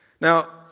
Now